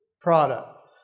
product